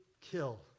kill